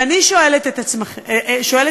ואני שואלת אתכם: